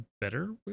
better